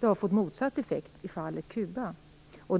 Det har fått en motsatt effekt i fallet Cuba.